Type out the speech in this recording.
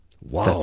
Wow